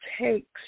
takes